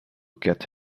get